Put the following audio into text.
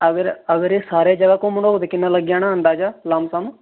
अगर एह् सारे जगह घुम्मना होग ते किन्ना लग्गी जान अंदाजा लम्म सम्म